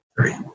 three